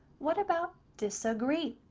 what about disagree?